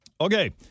Okay